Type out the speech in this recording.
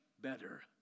better